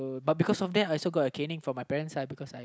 but because of that I also got a caning from my parents uh because I